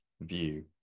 view